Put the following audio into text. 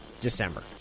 December